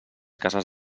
cases